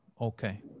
Okay